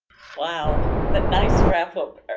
wow. but nice wrap-up,